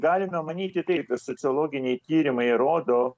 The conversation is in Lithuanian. galime manyti taip kad sociologiniai tyrimai rodo